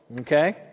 okay